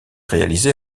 réalisé